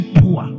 poor